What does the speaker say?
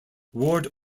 ward